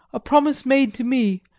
a promise made to me,